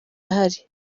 ahari